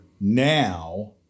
now